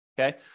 okay